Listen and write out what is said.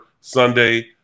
Sunday